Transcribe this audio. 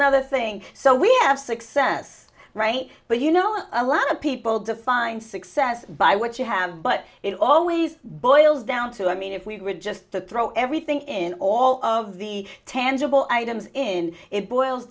nother thing so we have six cents right but you know a lot of people define success by what you have but it always boils down to i mean if we were just to throw everything in all of the tangible items in it boils